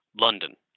London